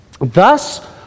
Thus